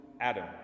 Adam